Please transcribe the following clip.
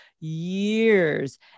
years